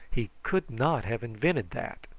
he could not have invented that.